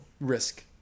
risk